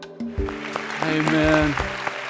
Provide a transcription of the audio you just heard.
Amen